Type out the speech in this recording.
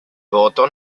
voto